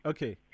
Okay